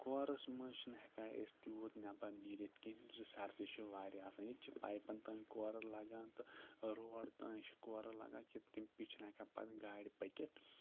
course منٛز چھِنہٕ ہیٚکان أسۍ تیوٗت نیٚبَر نیٖرِتھ کیٚنٛہہ زِ سردی چھِ واریاہ آسان ییٚتہِ چھِ پایپَن تانۍ کورٕ لَگان تہٕ روٗڈ تانۍ چھِ کورٕ لَگان کہِ تمہِ پٮ۪ٹھۍ چھِنہٕ ہٮ۪کان پَتہٕ گاڑِ پٔکِتھ